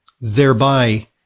thereby